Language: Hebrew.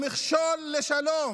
המכשול לשלום